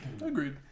Agreed